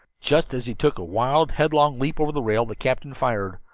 just as he took a wild, headlong leap over the rail the captain fired.